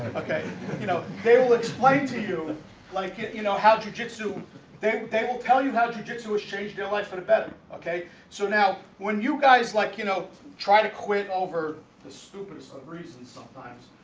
okay you know they will explain to you like you you know how do jitsu they they will tell you how to jitsu is change their life for the better, okay? so now when you guys like you know try to quit over the stupidest of reasons sometimes